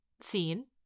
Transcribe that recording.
scene